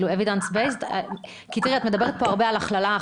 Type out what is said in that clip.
את מדברת פה הרבה בהכללה.